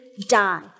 die